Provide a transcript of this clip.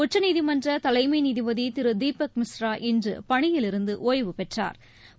உச்சநீதிமன்ற தலைமை நீதிபதி திரு தீபக் மிஸ்ரா இன்று பணியிலிருந்து ஒய்வு பெற்றாா்